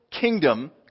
kingdom